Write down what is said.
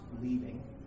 leaving